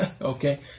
Okay